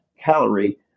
Calorie